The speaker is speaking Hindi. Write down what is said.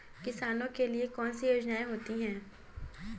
किसानों के लिए कौन कौन सी योजनायें होती हैं?